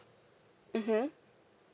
mmhmm